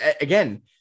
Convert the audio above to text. again